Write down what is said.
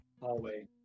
hallway